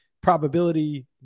probability